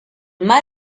mar